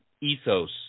ethos